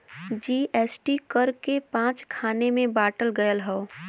GST कर के पाँच खाँचे मे बाँटल गएल हौ